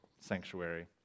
sanctuary